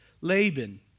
Laban